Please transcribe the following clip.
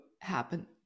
happen